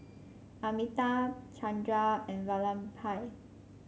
Amitabh Chandra and Vallabhbhai